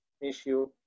issue